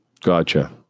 Gotcha